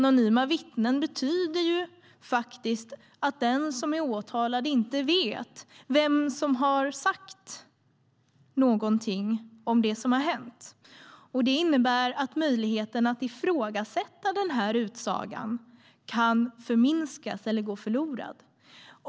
Anonyma vittnen betyder att den som är åtalad inte vet vem som har sagt någonting om det som har hänt. Möjligheten att ifrågasätta den utsagan kan förminskas eller gå förlorad.